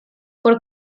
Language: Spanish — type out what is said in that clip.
por